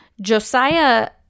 Josiah